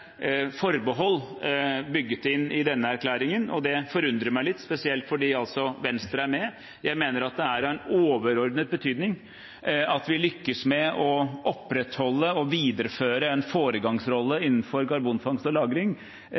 forbehold bygget inn i denne erklæringen, og det forundrer meg litt, spesielt fordi Venstre er med. Jeg mener at det er av overordnet betydning at vi lykkes med å opprettholde og videreføre en foregangsrolle innenfor karbonfangst og